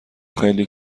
خیلی